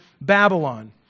Babylon